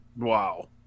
Wow